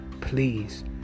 Please